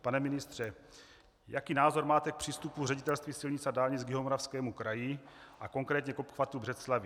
Pane ministře, jaký názor máte k přístupu Ředitelství silnic a dálnic k Jihomoravskému kraji a konkrétně k obchvatu v Břeclavi.